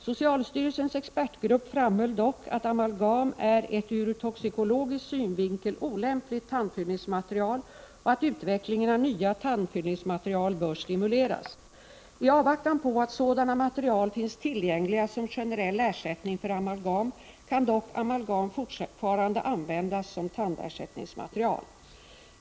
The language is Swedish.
Socialstyrelsens expertgrupp framhöll dock att amalgam är ett ur toxikologisk synvinkel olämpligt tandfyllningsmaterial och att utvecklingen av nya tandfyllningsmaterial bör stimuleras. I avvaktan på att sådana material finns tillgängliga som generell ersättning för amalgam kan dock amalgam fortfarande användas som tandersättningsmaterial.